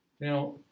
now